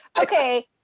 okay